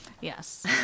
Yes